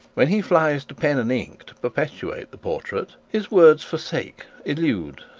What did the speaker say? when he flies to pen and ink to perpetuate the portrait, his words forsake, elude,